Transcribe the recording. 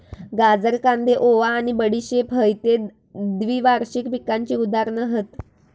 गाजर, कांदे, ओवा आणि बडीशेप हयते द्विवार्षिक पिकांची उदाहरणा हत